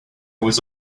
was